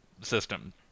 system